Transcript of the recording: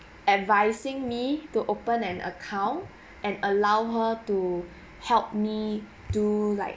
advising me to open an account and allow her to help me to like